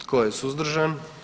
Tko je suzdržan?